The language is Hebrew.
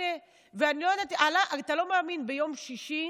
אתה לא מאמין, ביום שישי,